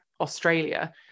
Australia